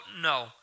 No